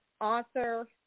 author